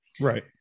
Right